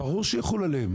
ברור שיחול עליהם.